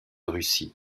russie